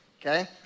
okay